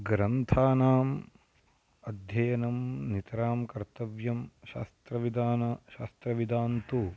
ग्रन्थानाम् अध्ययनं नितरां कर्तव्यं शास्त्रविदाना शास्त्रविदान्तु